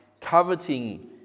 coveting